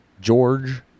George